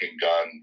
gun